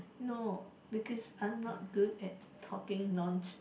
no because I'm not good at talking non stop